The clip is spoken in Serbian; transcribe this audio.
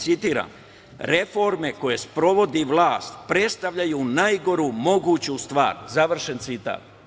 Citiram: „Reforme koje sprovodi vlast predstavljaju najgoru moguću stvar“, završen citat.